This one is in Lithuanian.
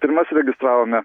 pirmas registravome